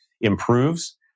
improves